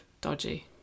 dodgy